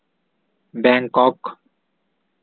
Bangkok